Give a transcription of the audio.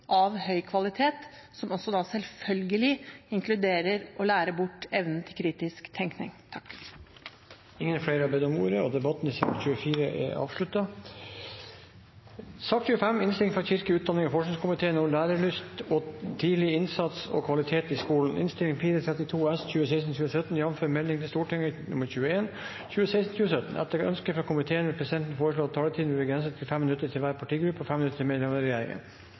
har høy kvalitet, og som sørger for å bidra med undervisning av høy kvalitet – som da også selvfølgelig inkluderer å lære bort evnen til kritisk tenkning. Flere har ikke bedt om ordet til sak nr. 24. Etter ønske fra kirke-, utdannings- og forskningskomiteen vil presidenten foreslå at taletiden begrenses til 5 minutter til hver partigruppe og 5 minutter til medlemmer av regjeringen.